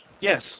Yes